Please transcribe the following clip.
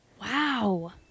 Wow